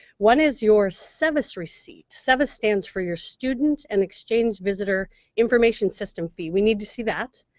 one is your sevis receipt. sevis stands for your student and exchange visitor information system fee. we need to see that.